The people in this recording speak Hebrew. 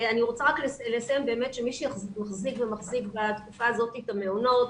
אני רוצה לציין שמי שמחזיק במקביל בתקופה הזאת את המעונות,